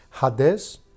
Hades